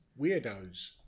weirdos